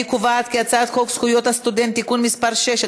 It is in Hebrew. אני קובעת כי הצעת חוק זכויות הסטודנט (תיקון מס' 6),